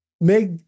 make